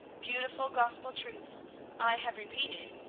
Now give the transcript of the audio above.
beautiful gospel truths i have repeated,